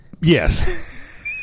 Yes